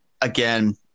again